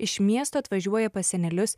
iš miesto atvažiuoja pas senelius